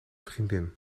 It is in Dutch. vriendin